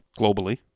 globally